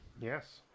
Yes